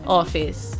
office